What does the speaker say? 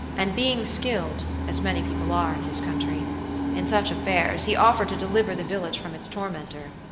and being skilled as many people are in his country in such affairs, he offered to deliver the village from its tormentor.